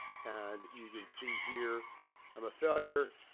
and you can see here i'm a failure.